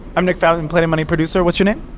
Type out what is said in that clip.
i'm nick fountain, planet money producer. what's your name?